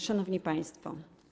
Szanowni Państwo!